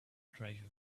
treasure